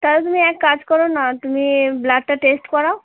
তাহলে তুমি একটা কাজ কর না তুমি ব্লাডটা টেস্ট করাও